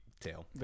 Tail